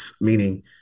meaning